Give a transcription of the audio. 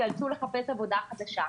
יאלצו לחפש עבודה חדשה.